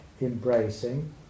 embracing